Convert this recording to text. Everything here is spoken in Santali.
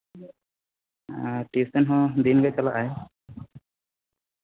ᱴᱤᱭᱩᱥᱚᱱ ᱦᱚᱸ ᱫᱤᱱᱜᱮ ᱪᱟᱞᱟᱜ ᱟᱭ